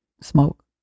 smoke